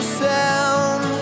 sound